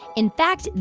in fact,